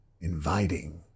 inviting